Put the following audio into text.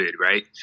right